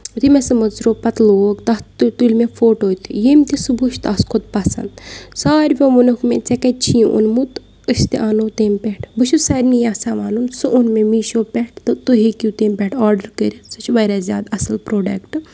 یُتھُے مےٚ سُہ مٔژروو پَتہٕ لوگ تَتھ تہٕ تُلۍ مےٚ فوٹو تہِ ییٚمہِ تہِ سُہ وٕچھ تَس کھوٚت پَسنٛد سارویو ووٚنُکھ مےٚ ژےٚ کَتہِ چھِ یہِ اوٚنمُت أسۍ تہِ اَنو تیٚمہِ پٮ۪ٹھ بہٕ چھُس سارنے یَژھان وَنُن سُہ اوٚن مےٚ میٖشو پٮ۪ٹھ تہٕ تُہۍ ہیٚکِو تیٚمہِ پٮ۪ٹھ آڈَر کٔرِتھ سُہ چھِ واریاہ زیادٕ اَصٕل پرٛوڈَکٹ